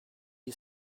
you